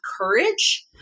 courage